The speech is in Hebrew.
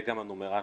וגם בנומרטור,